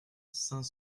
saint